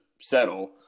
settle